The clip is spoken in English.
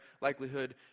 likelihood